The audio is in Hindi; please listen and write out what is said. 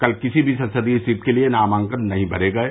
कल किसी भी संसदीय सीट के लिए नामांकन नहीं भरे गये